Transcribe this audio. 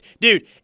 dude